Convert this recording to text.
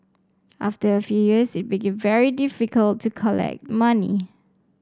after a few years it became very difficult to collect money